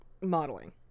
modeling